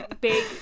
big